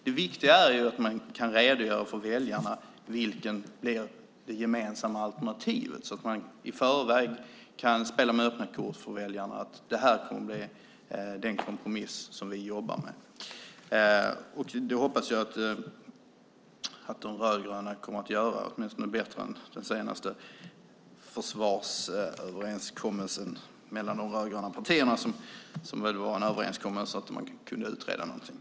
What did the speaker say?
Det viktiga är att man inför väljarna kan redovisa vad som är det gemensamma alternativet så att man i förväg inför väljarna kan spela med öppna kort och säga: Det här blir den kompromiss som vi ska jobba med. Jag hoppas att de rödgröna redovisar det bättre än som gjordes i den senaste försvarsöverenskommelsen mellan de rödgröna partierna - en överenskommelse som väl innebär att en utredning kan göras.